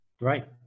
Right